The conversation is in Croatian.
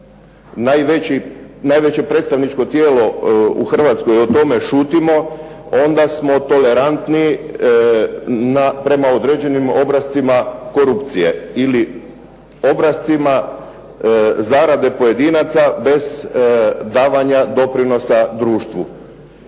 najveće predstavničko tijelo u Hrvatskoj o tome šutimo onda smo tolerantni prema određenim obrascima korupcije. Ili obrascima zarade pojedinaca bez davanja doprinosa društvu,